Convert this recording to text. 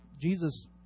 Jesus